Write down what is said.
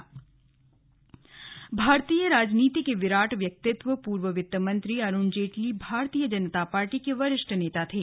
slug Arun Jaitley जीवनी भारतीय राजनीति के विराट व्यक्तित्व पूर्व वित्त मंत्री अरुण जेटली भारतीय जनता पार्टी के वरिष्ठ नेता थे